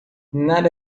nada